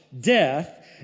death